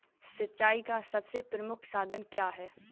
सिंचाई का सबसे प्रमुख साधन क्या है?